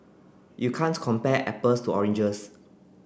you can't compare apples to oranges